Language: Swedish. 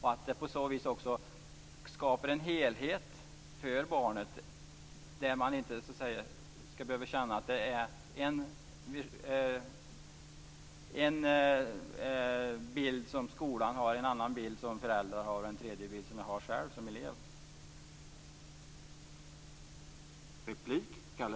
Det skapar också en helhet för barnet som inte skall behöva känna att skolan har en bild, föräldrarna en annan och eleven en tredje bild.